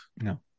No